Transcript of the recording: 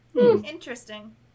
Interesting